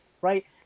right